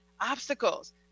obstacles